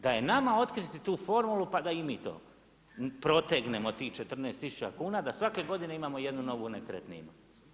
Da je nama otkriti tu formulu pa da i mi to protegnemo, tih 14 tisuća kuna, da svake godine imamo jednu novu nekretninu.